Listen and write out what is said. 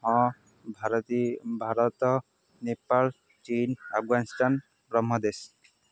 ହଁ ଭାରତୀ ଭାରତ ନେପାଳ ଚୀନ୍ ଆଫ୍ଗାନିସ୍ତାନ୍ ବ୍ରହ୍ମଦେଶ